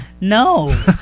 No